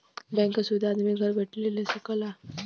bank क सुविधा आदमी घर बैइठले ले सकला